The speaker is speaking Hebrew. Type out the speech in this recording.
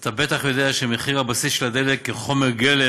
אתה בטח יודע שמחיר הבסיס של הדלק כחומר גלם